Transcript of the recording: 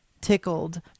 tickled